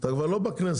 אתה כבר לא בכנסת.